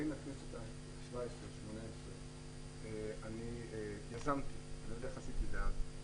בין הכנסת ה-17 וה-18 אני יזמתי אני לא יודע איך עשיתי את זה אז,